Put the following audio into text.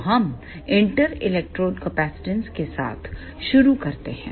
तो हम inter electrode capacitance के साथ शुरू करते हैं